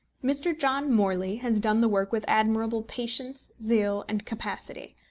mr. john morley has done the work with admirable patience, zeal, and capacity.